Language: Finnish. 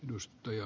myös työ